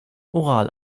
oral